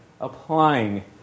applying